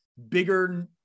bigger